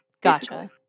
Gotcha